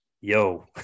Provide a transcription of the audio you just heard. Yo